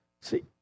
See